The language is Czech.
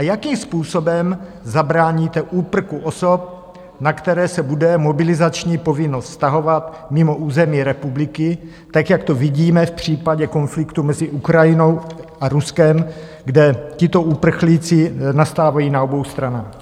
Jakým způsobem zabráníte úprku osob, na které se bude mobilizační povinnost vztahovat, mimo území republiky, tak jak to vidíme v případě konfliktu mezi Ukrajinou a Ruskem, kde tito uprchlíci nastávají na obou stranách?